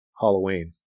Halloween